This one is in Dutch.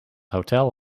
hotel